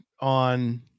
on